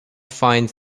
find